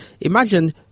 imagine